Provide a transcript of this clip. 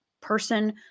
person